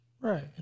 Right